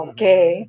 Okay